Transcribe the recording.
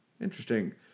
Interesting